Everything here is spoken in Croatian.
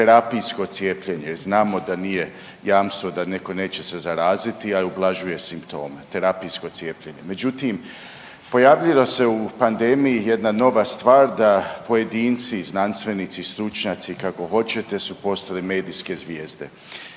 terapijsko cijepljenje, znamo da nije jamstvo da netko neće se zaraziti, a ublažuje simptome, terapijsko cijepljenje. Međutim, pojavilo se u pandemiji jedna nova stvar da pojedini i znanstvenici i stručnjaci kako hoćete su postali medijske zvijezde.